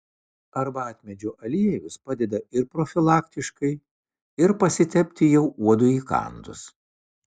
arbatmedžio aliejus padeda ir profilaktiškai ir pasitepti jau uodui įkandus